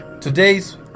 today's